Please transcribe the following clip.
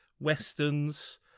westerns